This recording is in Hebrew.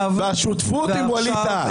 והשותפות עם ווליד טאהא.